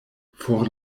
for